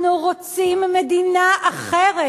אנחנו רוצים מדינה אחרת: